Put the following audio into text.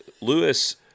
Lewis